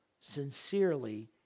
Sincerely